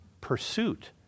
pursuit